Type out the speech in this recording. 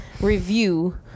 review